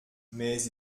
mais